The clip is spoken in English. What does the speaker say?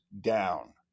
down